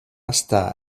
estar